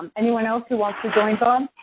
anyone else who wants to join bob?